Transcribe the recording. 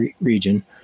region